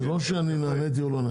זה לא שאני נעניתי או לא נעניתי.